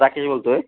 राकेश बोलतो आहे